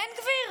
בן גביר?